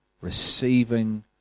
receiving